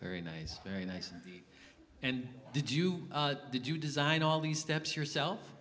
very nice very nice and did you did you design all these steps yourself